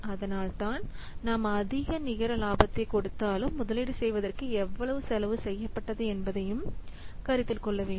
அதனால்தான் நாம் அதிக நிகர லாபத்தைத்தைக் கொடுத்தாலும் முதலீடு செய்வதற்கு எவ்வளவு செலவு செய்யப்பட்டது என்பதையும் கருத்தில் கொள்ள வேண்டும்